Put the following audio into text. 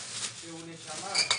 למשרד,